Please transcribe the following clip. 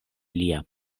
lia